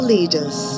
Leaders